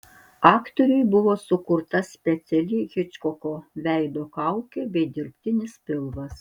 aktoriui buvo sukurta speciali hičkoko veido kaukė bei dirbtinis pilvas